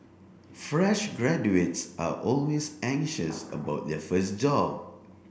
fresh graduates are always anxious about their first job